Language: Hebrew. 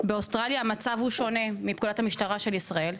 באוסטרליה המצב הוא שונה מפקודת המשטרה של ישראל,